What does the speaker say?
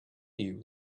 you